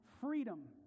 freedom